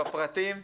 בפרטים,